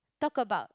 talk about